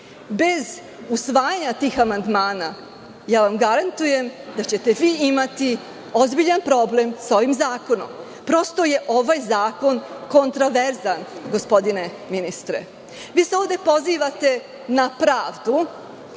Bez usvajanja tih amandmana, garantujem vam da ćete imati ozbiljan problem sa ovim zakonom. Prosto, ovaj zakon je kontroverzan, gospodine ministre. Vi se ovde pozivate na pravdu,